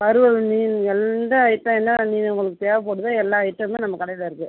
வறுவல் மீன் எந்த ஐட்டம் என்ன மீன் உங்களுக்கு தேவைப்படுதோ எல்லா ஐட்டமுமே நம்ம கடையில் இருக்குது